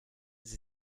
sie